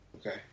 Okay